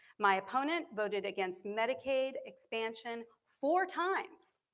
my opponent voted against medicaid expansion four times.